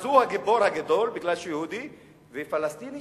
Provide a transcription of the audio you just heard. הוא הגיבור הראשון, מכיוון שהוא יהודי, ופלסטיני